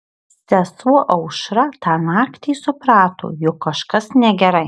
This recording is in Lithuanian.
sesuo aušra tą naktį suprato jog kažkas negerai